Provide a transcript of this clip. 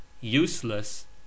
useless